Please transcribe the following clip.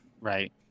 Right